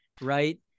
right